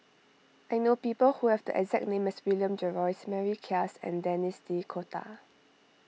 I know people who have the exact name as William Jervois Mary Klass and Denis D'Cotta